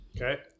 Okay